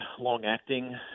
long-acting